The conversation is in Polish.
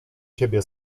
ciebie